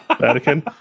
Vatican